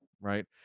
right